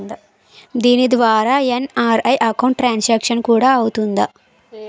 దీని ద్వారా NRI account transaction కూడా అవుతుందా?